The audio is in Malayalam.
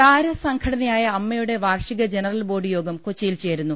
താരസംഘടനയായ അമ്മയുടെ വാർഷിക ജനറൽബോഡിയോഗം കൊച്ചിയിൽ ചേരുന്നു